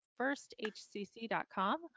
firsthcc.com